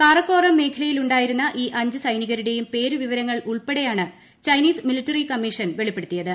കാറക്കോറം മേഖലയിലുണ്ടായിരുന്ന ഈ അഞ്ച് സൈനികരുടെയും പേരുവിവരങ്ങൾ ഉൾപ്പെടെയാണ് ചൈനീസ് മിലിട്ടറി കമ്മീഷൻ വെളിപ്പെടുത്തിയത്